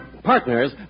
Partners